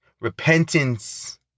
Repentance